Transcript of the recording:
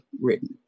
written